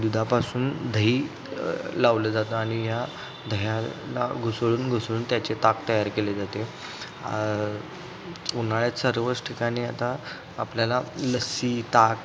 दुधापासून दही लावलं जातं आणि ह्या दह्याला घुसळून घुसळून त्याचे ताक तयार केले जाते उन्हाळ्यात सर्वच ठिकाणी आता आपल्याला लस्सी ताक